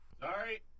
Sorry